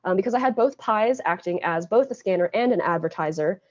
and because i had both pis acting as both a scanner and an advertiser,